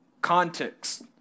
context